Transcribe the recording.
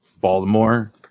Baltimore